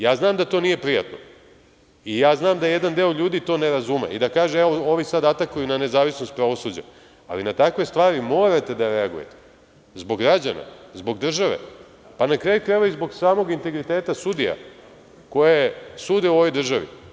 Ja znam da to nije prijatno i ja znam da jedan deo ljudi to ne razume, i da kaže – evo ovi sada atakuju na nezavisnost pravosuđa, ali na takve stvari morate da reagujete, zbog građana, zbog države, pa na kraju krajeva i zbog samog integriteta sudija, koje sude u ovoj državi.